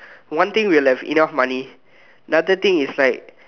one thing we'll have enough money another thing is like